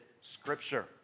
scripture